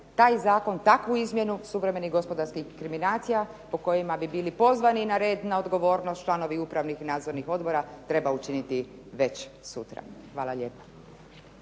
taj Zakon takvu izmjenu suvremeni gospodarskih inkriminacija kojima bi bili pozvani na red na odgovornost članovi upravnih i nadzornih odbora treba učiniti već sutra. Hvala lijepa.